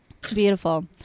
Beautiful